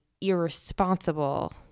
irresponsible